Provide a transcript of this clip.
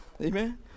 Amen